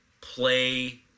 play